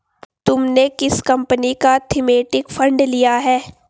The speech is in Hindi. तुमने किस कंपनी का थीमेटिक फंड लिया है?